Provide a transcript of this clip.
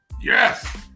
Yes